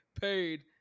paid